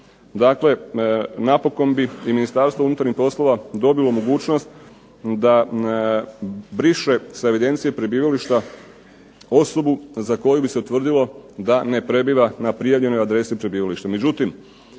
Dakle napokon bi i Ministarstvo unutarnjih poslova dobilo mogućnost da briše s evidencije prebivališta osobu za koju bi se utvrdilo da ne prebiva na prijavljenoj adresi prebivališta.